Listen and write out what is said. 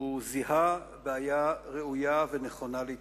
הוא זיהה בעיה ראויה ונכונה להתייחסות,